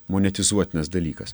monetizuotinas dalykas